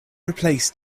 replace